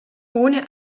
ohne